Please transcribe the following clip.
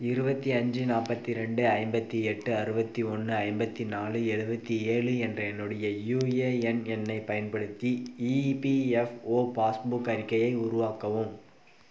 இருபத்தி அஞ்சு நாற்பத்தி ரெண்டு ஐம்பத்து எட்டு அறுபத்தி ஒன்று ஐம்பத்து நாலு எழுவத்தி ஏழு என்ற என்னுடைய யூஏஎன் எண்ணைப் பயன்படுத்தி இபிஎஃப்ஓ பாஸ் புக் அறிக்கையை உருவாக்கவும்